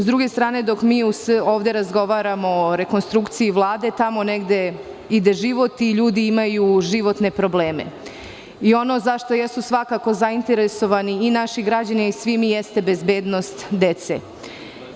S druge strane, dok mi ovde razgovaramo o rekonstrukciji Vlade tamo negde ide život i ljudi imaju životne probleme, i ono zašta jesu svakako zainteresovani naši građani i svi mi jeste bezbednost dece.